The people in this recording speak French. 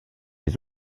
les